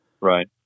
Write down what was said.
right